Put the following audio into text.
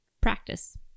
practice